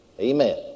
Amen